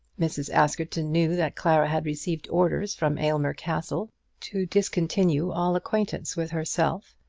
mrs. askerton knew that clara had received orders from aylmer castle to discontinue all acquaintance with herself,